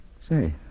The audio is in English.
Say